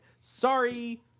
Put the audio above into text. Sorry